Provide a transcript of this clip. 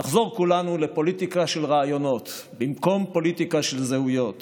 נחזור כולנו לפוליטיקה של רעיונות במקום פוליטיקה של זהויות.